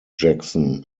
jackson